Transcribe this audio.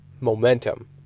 momentum